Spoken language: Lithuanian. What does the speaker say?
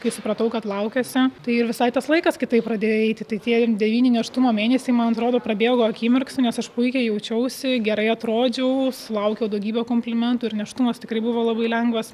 kai supratau kad laukiuosi tai ir visai tas laikas kitaip pradėjo eiti tai tie devyni nėštumo mėnesiai man atrodo prabėgo akimirksniu nes aš puikiai jaučiausi gerai atrodžiau sulaukiau daugybė komplimentų ir nėštumas tikrai buvo labai lengvas